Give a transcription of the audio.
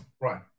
right